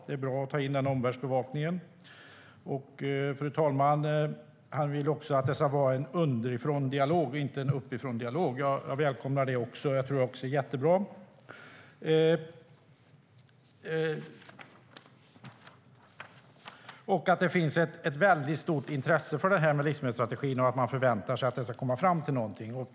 Det är bra att ta in den omvärldsbevakningen. Han vill också ha en underifråndialog och inte en uppifråndialog, fru talman, och jag välkomnar även det. Jag tror att det är jättebra. Vidare sa ministern att det finns ett väldigt stort intresse för livsmedelsstrategin och att det finns förväntningar på att man ska komma fram till någonting.